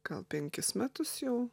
gal penkis metus jau